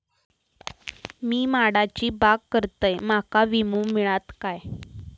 मी माडाची बाग करतंय माका विमो मिळात काय?